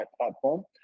platform